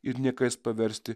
ir niekais paversti